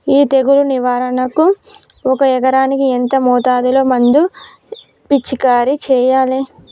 ఈ తెగులు నివారణకు ఒక ఎకరానికి ఎంత మోతాదులో మందు పిచికారీ చెయ్యాలే?